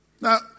Now